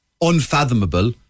unfathomable